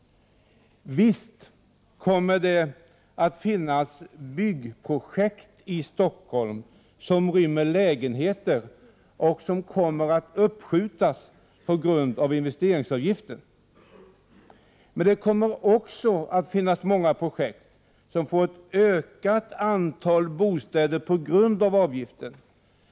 Visst kommer byggprojekt i Stockholm som rymmer lägenheter att uppskjutas på grund av investeringsavgiften. Men det kommer också att finnas många projekt som ger ett ökat antal bostäder på grund av avgiften.